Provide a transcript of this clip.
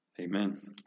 Amen